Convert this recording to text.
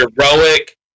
heroic